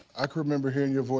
i can remember hearing your